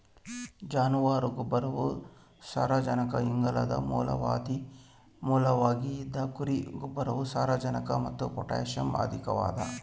ಜಾನುವಾರು ಗೊಬ್ಬರವು ಸಾರಜನಕ ಇಂಗಾಲದ ಮೂಲವಾಗಿದ ಕುರಿ ಗೊಬ್ಬರವು ಸಾರಜನಕ ಮತ್ತು ಪೊಟ್ಯಾಷ್ ಅಧಿಕವಾಗದ